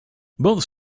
both